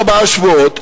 ארבעה שבועות,